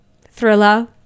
thriller